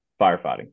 firefighting